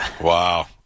Wow